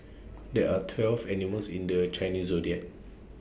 there are twelve animals in the Chinese Zodiac